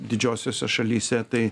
didžiosiose šalyse tai